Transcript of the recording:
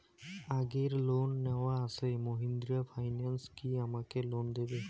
আগের লোন নেওয়া আছে মাহিন্দ্রা ফাইন্যান্স কি আমাকে লোন দেবে?